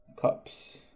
Cups